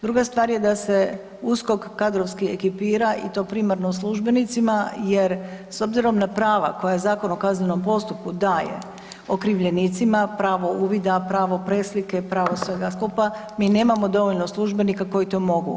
Druga stvar je da se USKOK kadrovski ekipira i to primarno službenicima jer s obzirom na prava koja Zakona o kaznenom postupku daje okrivljenicima, pravo uvida, pravo preslike, pravo svega skupa mi nemamo dovoljno službenika koji to mogu.